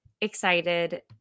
excited